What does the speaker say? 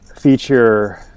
feature